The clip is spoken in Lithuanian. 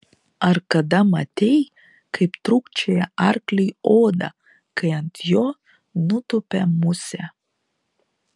ar kada matei kaip trūkčioja arkliui oda kai ant jo nutupia musė